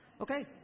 Okay